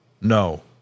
No